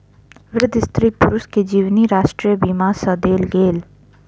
वृद्ध स्त्री पुरुष के जीवनी राष्ट्रीय बीमा सँ देल गेल